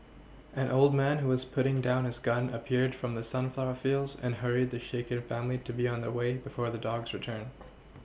an old man who was putting down his gun appeared from the sunflower fields and hurried the shaken family to be on their way before the dogs return